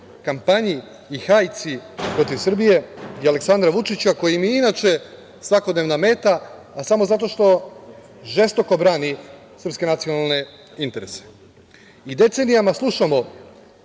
kampanji i hajci protiv Srbije i Aleksandra Vučića, koji im je inače svakodnevna meta, a samo zato što žestoko brani sprske nacionalne interese. Decenijama slušamo